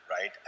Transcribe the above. right